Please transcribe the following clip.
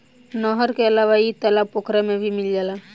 नहर के अलावा इ तालाब पोखरा में भी मिल जाला